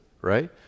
right